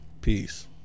Peace